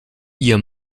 ihr